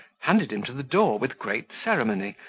handed him to the door with great ceremony,